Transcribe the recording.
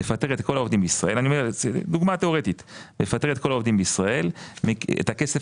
מפטרת את כל העובדים בישראל דוגמה תיאורטית - ואת הכסף